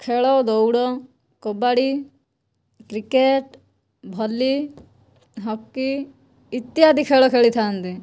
ଖେଳଦୌଡ଼ kabaddi cricket volley hockey ଇତ୍ୟାଦି ଖେଳ ଖେଳିଥା'ନ୍ତି